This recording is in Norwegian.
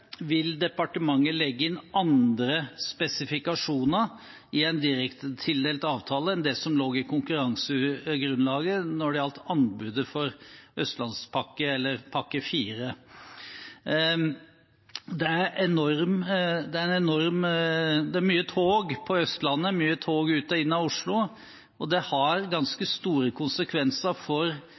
Vil departementet legge inn andre spesifikasjoner i en direktetildelt avtale enn det som lå i konkurransegrunnlaget når det gjaldt anbudet for Østlandspakka – eller pakke 4? Det er mange tog på Østlandet, mange tog ut og inn av Oslo, og det har ganske store konsekvenser for